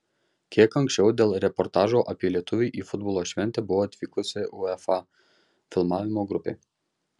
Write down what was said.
kiek anksčiau dėl reportažo apie lietuvį į futbolo šventę buvo atvykusi uefa filmavimo grupė